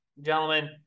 gentlemen